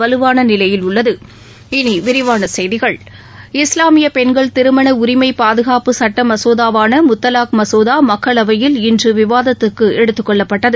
வலுவான நிலையில் உள்ளது இனி விரிவான செய்திகள் இஸ்லாமிய பெண்கள் திருமண உரிமை பாதுகாப்பு சட்ட மசோதாவான முத்தலாக் மசோதா மக்களவையில் இன்று விவாதத்துக்கு எடுத்துக் கொள்ளப்பட்டது